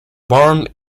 born